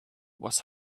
was